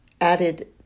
added